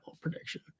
prediction